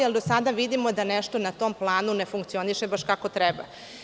Do sada vidimo da nešto na tom planu ne funkcioniše kako treba.